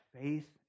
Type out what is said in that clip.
faith